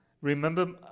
remember